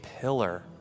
pillar